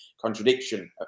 contradiction